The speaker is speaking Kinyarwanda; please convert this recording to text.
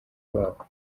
babo